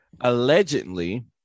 allegedly